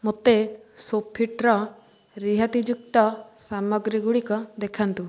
ମୋତେ ସୋଫିଟ୍ର ରିହାତିଯୁକ୍ତ ସାମଗ୍ରୀ ଗୁଡ଼ିକ ଦେଖାନ୍ତୁ